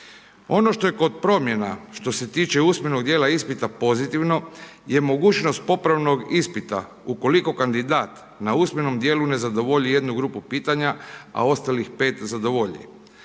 Ono što je kod promjena, što se tiče usmenog djela ispita pozitivno je mogućnost popravnog ispita ukoliko kandidat na usmenom djelu ne zadovolji jednu grupu pitanja a ostalih 5 zadovolji.